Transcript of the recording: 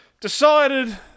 Decided